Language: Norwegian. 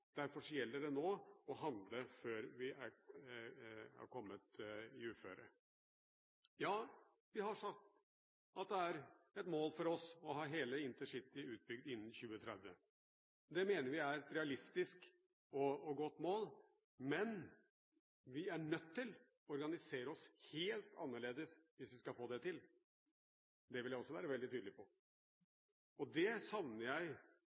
Derfor gjelder det å handle før vi kommer i et uføre. Vi har sagt at det er et mål for oss å ha hele intercitystrekningen utbygd innen 2030. Det mener vi er et realistisk og godt mål, men vi er nødt til å organisere oss helt annerledes hvis vi skal få det til. Det vil jeg også være veldig tydelig på. Det savner jeg